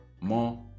more